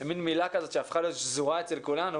הן מין מילה כזאת שהפכה להיות שזורה אצל כולנו,